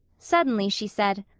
suddenly she said,